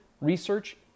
research